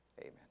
amen